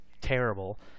terrible